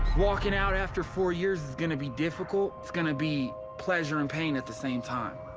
walking out after four years is gonna be difficult, it's going to be pleasure and pain at the same time.